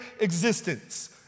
existence